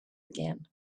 again